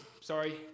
sorry